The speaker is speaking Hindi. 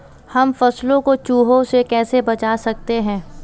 हम फसलों को चूहों से कैसे बचा सकते हैं?